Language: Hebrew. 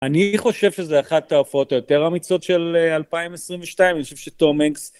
אני חושב שזו אחת ההופעות היותר אמיצות של 2022, אני חושב שתום הנקס...